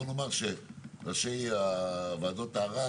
בוא נאמר שראשי וועדות הערר,